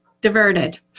Diverted